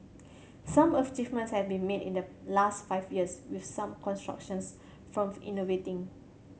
some achievements have been made in the last five years with some constructions firms innovating